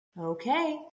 Okay